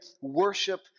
worship